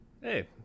hey